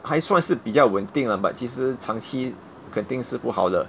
还算是比较稳定了 but 其实长期肯定是不好的